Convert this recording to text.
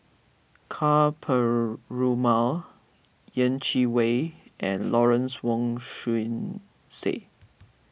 Ka Perumal Yeh Chi Wei and Lawrence Wong Shyun Tsai